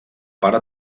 pare